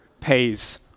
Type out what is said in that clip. pays